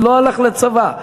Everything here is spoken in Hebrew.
לא הלך לצבא,